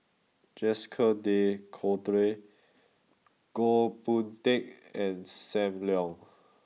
Jacques De Coutre Goh Boon Teck and Sam Leong